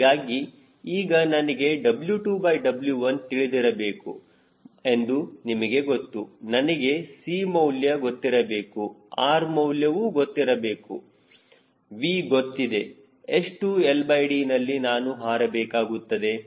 ಹೀಗಾಗಿ ಈಗ ನನಗೆ W2W1 ತಿಳಿದಿರಬೇಕು ಎಂದು ನಿಮಗೆ ಗೊತ್ತು ನನಗೆ C ಮೌಲ್ಯ ಗೊತ್ತಿರಬೇಕು R ಮೌಲ್ಯವು ಗೊತ್ತು ಗೊತ್ತು V ಗೊತ್ತಿದೆ ಎಷ್ಟು LD ನಲ್ಲಿ ನಾನು ಹಾರಬೇಕಾಗುತ್ತದೆ